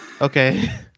Okay